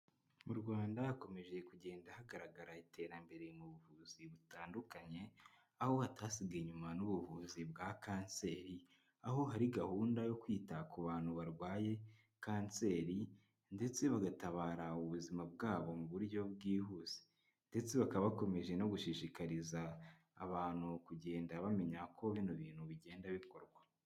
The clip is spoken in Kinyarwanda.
Mu Rwanda hakomeje kugenda hagaragara iterambere mu buvuzi butandukanye, aho hatasigaye inyuma n'ubuvuzi bwa kanseri, aho hari gahunda yo kwita ku bantu barwaye kanseri, ndetse bagatabara ubuzima bwabo mu buryo bwihuse, ndetse bakaba bakomeje no gushishikariza abantu kugenda bamenya ko bino bintu bigenda bikorwa.